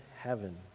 heaven